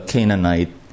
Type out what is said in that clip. Canaanite